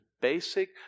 basic